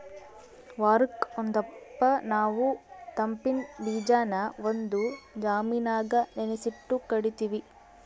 ವಾರುಕ್ ಒಂದಪ್ಪ ನಾವು ತಂಪಿನ್ ಬೀಜಾನ ಒಂದು ಜಾಮಿನಾಗ ನೆನಿಸಿಟ್ಟು ಕುಡೀತೀವಿ